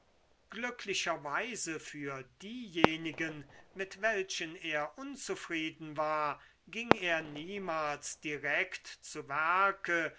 glücklicherweise für diejenigen mit welchen er unzufrieden war ging er niemals direkt zu